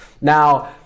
now